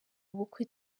ubukwe